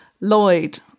Lloyd